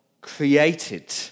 created